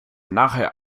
nachher